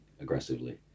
aggressively